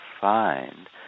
find